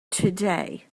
today